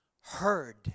heard